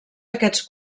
aquests